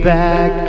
back